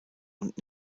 und